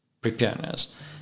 preparedness